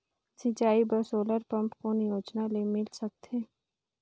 सिंचाई बर solar pump कौन योजना ले मिल सकथे?